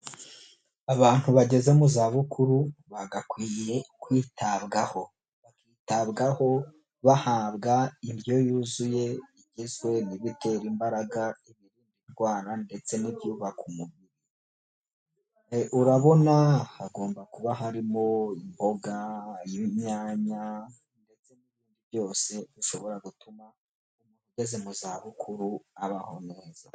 Abantu bageze mu za bukuru, bagakwiye kwitabwaho, bakitabwaho bahabwa indyo yuzuye igizwe n'ibitera imbaraga, ibirinda indwara ndetse n'ibyubaka umubiri urabona hagomba kuba harimo, imboga, inyanya, byose bishobora gutuma ugeze mu za bukuru abaho neza.